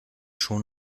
schon